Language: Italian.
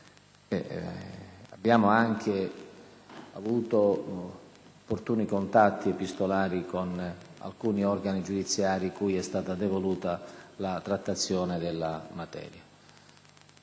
Abbiamo anche avuto opportuni contatti epistolari con alcuni organi giudiziari cui è stata devoluta la trattazione della materia.